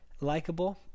likeable